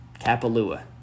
Kapalua